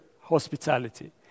Hospitality